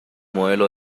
modelo